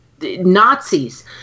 Nazis